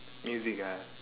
music ah